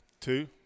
Two